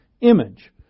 image